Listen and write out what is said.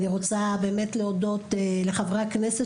אני רוצה באמת להודות לחברי הכנסת